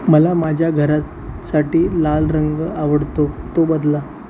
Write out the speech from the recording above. मला माझ्या घरात साठी लाल रंग आवडतो तो बदला